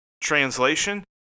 Translation